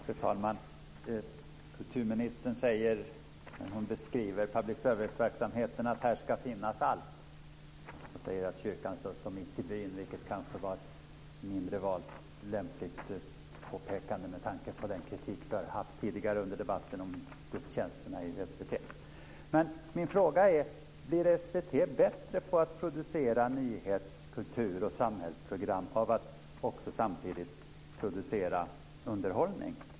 Fru talman! Kulturministern säger när hon beskriver public service-verksamheten att här ska finnas allt. Hon säger också att kyrkan ska stå mitt i byn, vilket kanske var ett mindre lämpligt påpekande med tanke på all kritik som har framförts här tidigare under debatten om gudstjänsterna i SVT. Men min fråga är: Blir SVT bättre på att producera nyhetskultur och samhällsprogram om man samtidigt producerar underhållning?